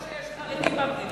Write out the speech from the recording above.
מזל שיש חרדים במדינה.